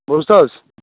بوٗز تہٕ حظ